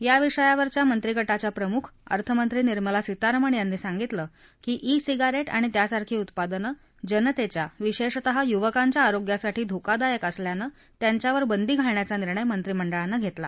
या विषयावरच्या मंत्रिगटाच्या प्रमुख अर्थमंत्री निर्मला सीतारामन यांनी सांगितलं की ई सिगारेट आणि त्यासारखी उत्पादनं जनतेच्या विशेषतः युवकांच्या आरोग्यासाठी धोकादायक असल्यानं त्यांच्यावर बंदी घालण्याचा निर्णय मंत्रिमंडळानं घेतला